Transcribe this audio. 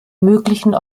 möglichen